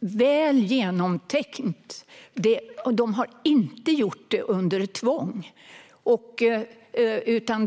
väl genomtänkt och att de inte gjort något under tvång.